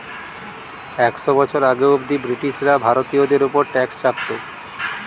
একশ বছর আগে অব্দি ব্রিটিশরা ভারতীয়দের উপর ট্যাক্স চাপতো